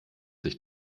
sich